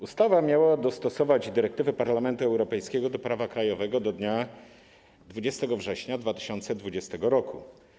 Ustawa miała dostosować dyrektywę Parlamentu Europejskiego do prawa krajowego do dnia 20 września 2020 r.